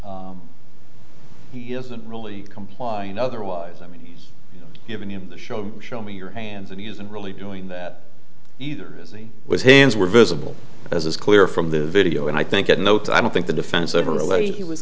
he isn't really complying otherwise i mean giving him the show show me your hands and he isn't really doing that either as he was hands were visible as is clear from the video and i think it notes i don't think the defense ever really he was